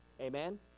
Amen